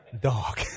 dog